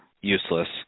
useless